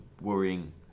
worrying